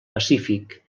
pacífic